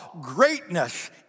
greatness